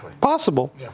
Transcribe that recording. Possible